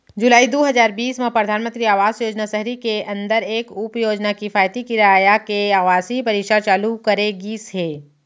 जुलाई दू हजार बीस म परधानमंतरी आवास योजना सहरी के अंदर एक उपयोजना किफायती किराया के आवासीय परिसर चालू करे गिस हे